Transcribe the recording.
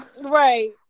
right